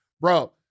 bro